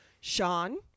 Sean